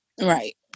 Right